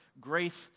grace